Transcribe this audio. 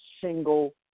single